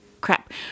Crap